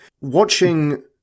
Watching